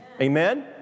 Amen